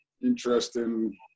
interesting